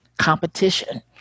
competition